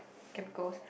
chemicals